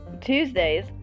Tuesdays